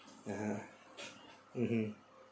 (uh huh) mmhmm